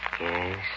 Yes